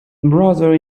brother